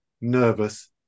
nervous